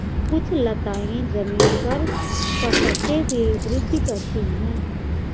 कुछ लताएं जमीन पर पसरते हुए वृद्धि करती हैं